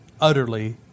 utterly